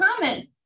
comments